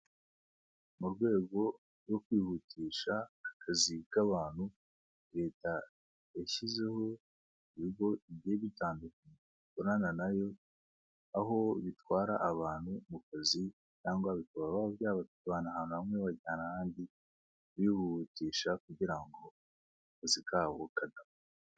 Mu rwego rwo kwihutisha akazi k'abantu leta yashyizeho ibigo bigiye gutandukanye bikorana nayo, aho bitwara abantu mu kazi cyangwa bikaba byabatwara ahantu hamwe bibajyana ahandi bihutisha kugira ngo akazi kabo kadapfa.